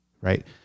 right